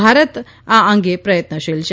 ભારત આ અંગે પ્રયત્નશીલ છે